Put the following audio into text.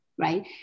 right